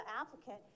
applicant